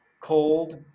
cold